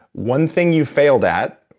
one thing you failed at,